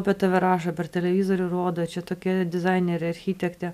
apie tave rašo per televizorių rodo čia tokia dizainerė architektė